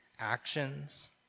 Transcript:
Actions